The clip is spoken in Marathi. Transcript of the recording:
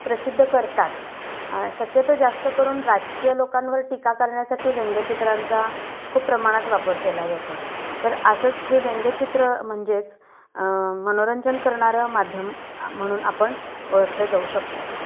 प्रसिद्ध करतात शक्यतो जास्त करून राजकीय लोकांवर टीका करण्यासाठी व्यंगचित्रांचा खूप प्रमाणात वापर केला जातो तर असंच हे व्यंगचित्र म्हणजेच मनोरंजन करणारं माध्यम म्हणून आपण ओळखले जाऊ शकतो